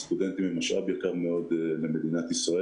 להגיד שהביקוש היה מבדיקתנו ברמה נמוכה ביותר מצד